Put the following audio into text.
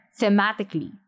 thematically